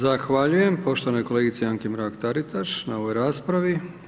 Zahvaljujem poštovanoj kolegici Anki Mrak Taritaš, na ovoj raspravi.